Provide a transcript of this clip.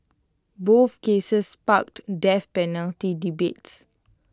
both cases sparked death penalty debates